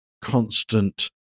constant